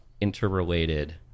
interrelated